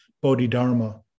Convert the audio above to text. Bodhidharma